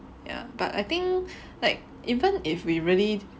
ya but I think like even if we really